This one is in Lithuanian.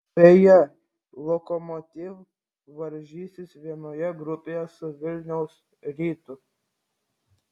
beje lokomotiv varžysis vienoje grupėje su vilniaus rytu